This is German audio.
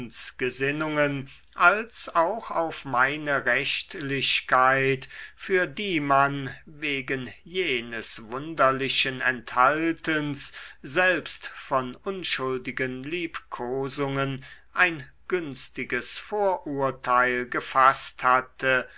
gesinnungen als auch auf meine rechtlichkeit für die man wegen jenes wunderlichen enthaltens selbst von unschuldigen liebkosungen ein günstiges vorurteil gefaßt hatte